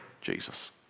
Jesus